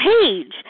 page